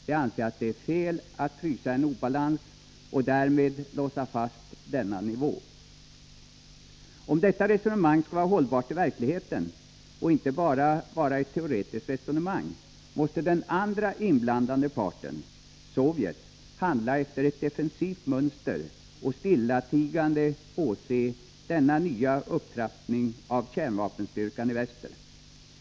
De anser att det är fel att låsa fast dagens nivå och därmed frysa en obalans. Om detta resonemang skall vara hållbart i verkligheten och inte bara ett teoretiskt resonemang, måste den andra inblandade parten, Sovjet, handla efter ett defensivt mönster och stillatigande åse denna nya upptrappning av kärnvapenstyrkan i väster.